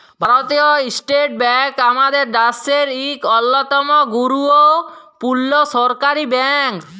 ভারতীয় state bank আমাদের দ্যাশের ইক অল্যতম গুরুত্তপুর্ল সরকারি ব্যাংক